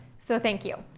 so thank you.